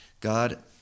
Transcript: God